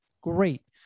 Great